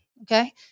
Okay